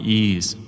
ease